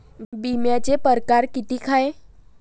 बिम्याचे परकार कितीक हाय?